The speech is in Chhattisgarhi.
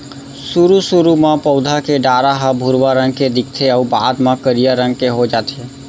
सुरू सुरू म पउधा के डारा ह भुरवा रंग के दिखथे अउ बाद म करिया रंग के हो जाथे